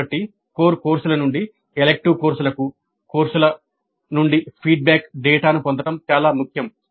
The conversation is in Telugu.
కాబట్టి కోర్ కోర్సుల నుండి ఎలిక్టివ్ కోర్సులకు కోర్సుల నుండి ఫీడ్బ్యాక్ డేటాను పొందడం చాలా ముఖ్యం